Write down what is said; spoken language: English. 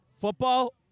Football